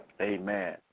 Amen